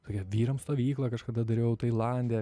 tokią vyrams stovyklą kažkada dariau tailande